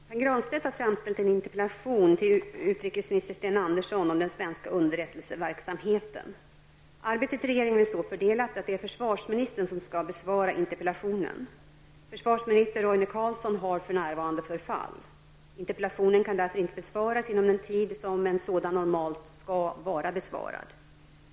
Herr talman! Pär Granstedt har framställt en interpellation till utrikesminister Sten Andersson om den svenska underrättelseverksamheten. Arbetet i regeringen är så fördelat att det är försvarsministern som skall besvara interpellationen. Försvarsminister Roine Carlsson har för närvarande förfall på grund av sjukdom. Interpellationen kan därför inte besvaras inom den tid som en sådan normalt skall besvaras.